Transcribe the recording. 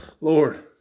Lord